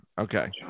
Okay